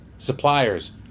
Suppliers